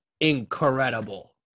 incredible